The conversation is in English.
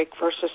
versus